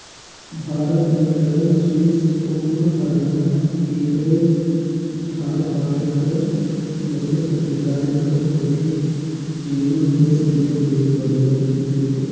भारत में करन स्विस, ओंगोल, हराना, केकरेज, धारपारकर नसल कर गाय घलो होथे जेमन दस लीटर ले बगरा दूद देथे